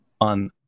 on